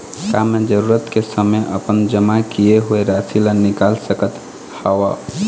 का मैं जरूरत के समय अपन जमा किए हुए राशि ला निकाल सकत हव?